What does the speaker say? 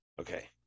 okay